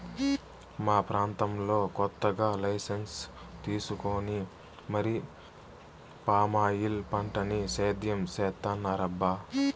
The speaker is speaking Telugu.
మా ప్రాంతంలో కొత్తగా లైసెన్సు తీసుకొని మరీ పామాయిల్ పంటని సేద్యం చేత్తన్నారబ్బా